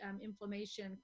inflammation